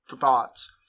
thoughts